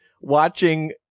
watching